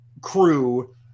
crew